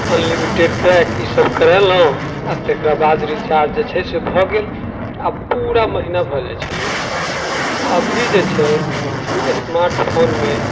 unlimited pack ईसब करेलहुँ आओर तकरा बाद रिचार्ज जे छै से भऽ गेलै आओर पूरा महिना भऽ जाइ छलै अभी जे छै इसमार्ट फोनमे